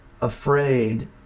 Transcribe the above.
afraid